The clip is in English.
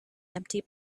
empty